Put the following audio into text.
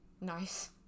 Nice